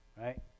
right